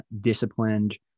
disciplined